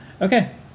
Okay